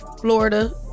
Florida